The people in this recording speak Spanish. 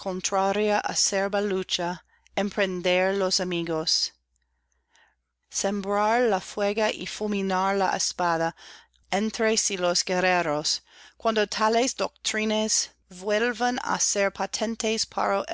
lucha emprender los amigos icmbrar la fuga y fulminar la espada ntre sí los guerreros cuando tales doctrinas suelvan á ser